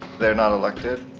they're not elected,